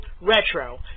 Retro